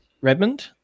Redmond